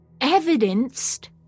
Evidenced